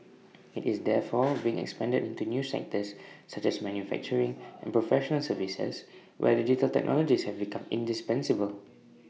IT is therefore being expanded into new sectors such as manufacturing and professional services where digital technologies have become indispensable